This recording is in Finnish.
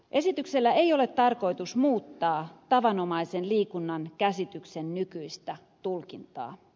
esityksellä ei ole tarkoitus muuttaa tavanomaisen liikunnan käsitteen nykyistä tulkintaa